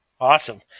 Awesome